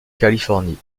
californie